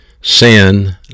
sin